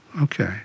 okay